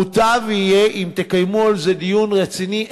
מוטב יהיה אם תקיימו על זה דיון רציני,